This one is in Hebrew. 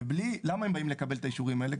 ולמה הם באים לקבל את האישורים האלה?